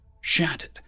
shattered